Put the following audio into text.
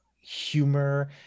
humor